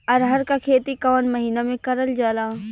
अरहर क खेती कवन महिना मे करल जाला?